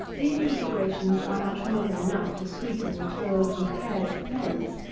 these considerations are much more than enough to sweeten the toils and cares of parents,